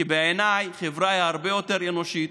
כי בעיניי חברה היא הרבה יותר אנושית,